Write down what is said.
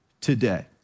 today